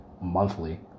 monthly